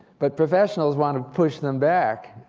but professionals want to push them back.